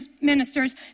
ministers